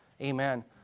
Amen